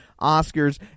oscars